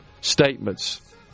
statements